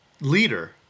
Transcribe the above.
leader